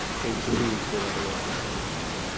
page two should have a list of everything you need.